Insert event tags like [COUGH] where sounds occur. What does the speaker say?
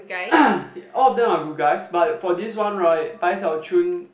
[COUGHS] all of them are good guys but for this one right Bai-Xiao-Chun